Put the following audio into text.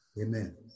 Amen